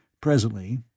Presently